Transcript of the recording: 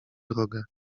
drogę